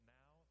now